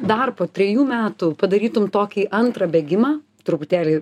dar po trejų metų padarytum tokį antrą bėgimą truputėlį